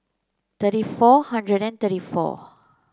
thirty four hundred and thirty four